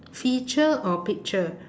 feature or picture